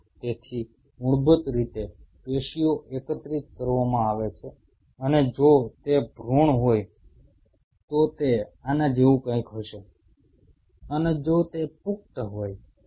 તેથી મૂળભૂત રીતે પેશીઓ એકત્રિત કરવામાં આવે છે અને જો તે ભૃણમાં હોય તો તે આના જેવું કંઈક હશે અને જો તે પુખ્ત હોય તો